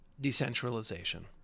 Decentralization